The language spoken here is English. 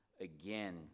again